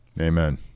Amen